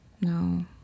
no